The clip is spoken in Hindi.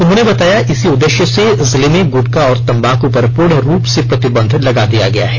उन्होंने बताया इसी उद्देश्य से जिले में गुटका और तंबाकू पर पूर्ण रूप से प्रतिबंध लगा दिया गया है